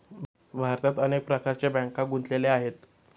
भारतात अनेक प्रकारच्या बँका गुंतलेल्या आहेत